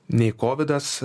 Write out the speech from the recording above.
nei kovidas